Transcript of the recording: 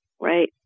right